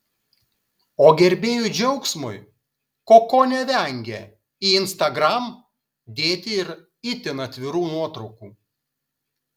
o gerbėjų džiaugsmui koko nevengia į instagram dėti ir itin atvirų nuotraukų